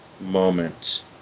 moment